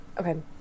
Okay